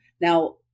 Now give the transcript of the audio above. Now